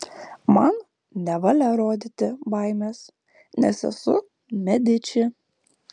man nevalia rodyti baimės nes esu mediči